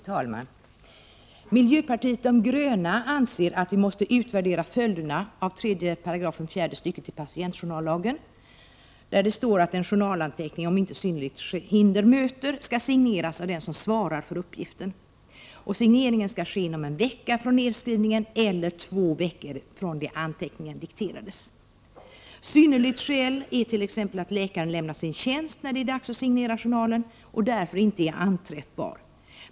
Fru talman! Miljöpartiet de gröna anser att vi måste utvärdera följderna av 3 § fjärde stycket i patientjournallagen, där det står att en journalanteckning, om inte synnerligt hinder möter, skall signeras av den som svarar för uppgiften. Signeringen bör ske inom en vecka från nedskrivningen eller två veckor från det anteckningen dikterades. Synnerligt skäl är t.ex. att läkaren lämnat sin tjänst när det är dags att signera journalen och därför inte är anträffbar.